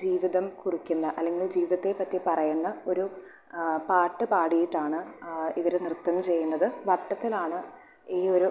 ജീവതം കുറിക്കുന്ന അല്ലെങ്കിൽ ജീവിതത്തെ പറ്റി പറയുന്ന ഒരു പാട്ട് പാടിയിട്ടാണ് ഇവർ നൃത്തം ചെയ്യുന്നത് വട്ടത്തിലാണ് ഈ ഒരു